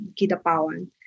Kitapawan